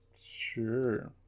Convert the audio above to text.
sure